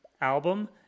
album